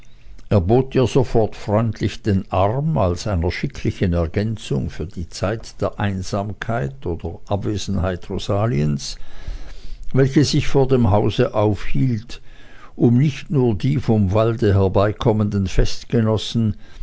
er bot ihr sofort freundlich den arm als einer schicklichen ergänzung für die zeit der einsamkeit oder abwesenheit rosaliens welche sich vor dem hause aufhielt um nicht nur die vom walde herüberkommenden festgenossen